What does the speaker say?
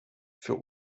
für